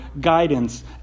guidance